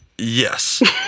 Yes